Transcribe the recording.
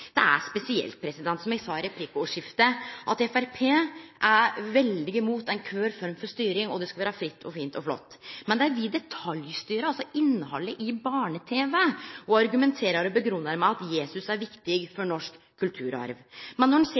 Det er spesielt, som eg sa i replikkordskiftet, at Framstegspartiet er veldig imot ei kvar form for styring – det skal vere fritt og fint og flott – men dei vil detaljstyre innhaldet i barne-TV. Dei argumenterer for dette og grunngjev det med at Jesus er viktig for norsk kulturarv. Men når ein ser